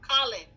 Colin